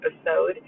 episode